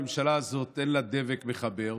לממשלה הזאת אין דבק מחבר,